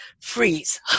freeze